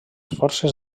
forces